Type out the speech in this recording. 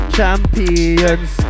Champions